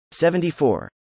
74